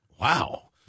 Wow